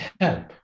help